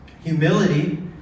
Humility